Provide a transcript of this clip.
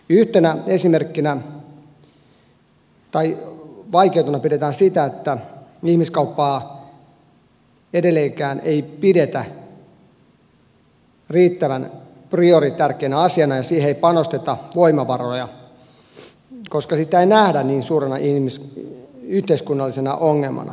yhtenä esimerkkinä tai vaikeutena pidetään sitä että ihmiskauppaa ei edelleenkään pidetä riittävän prioritärkeänä asiana ja siihen ei panosteta voimavaroja koska sitä ei nähdä niin suurena yhteiskunnallisena ongelmana